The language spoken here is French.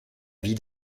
vie